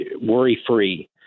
worry-free